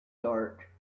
dark